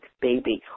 baby